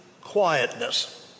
quietness